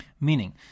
Meaning